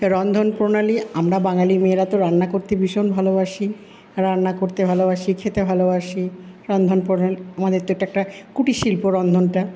রন্ধন প্রণালী আমরা বাঙালি মেয়েরা তো রান্না করতে ভীষণ ভালবাসি রান্না করতে ভালবাসি খেতে ভালবাসি রন্ধন প্রণালী তো একটা কুটির শিল্প রন্ধনটা